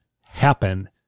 happen